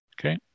Okay